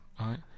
Right